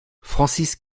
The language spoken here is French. francis